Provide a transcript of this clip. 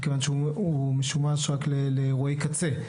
מכיוון שהוא משומש רק לאירועי קצה.